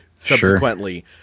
Subsequently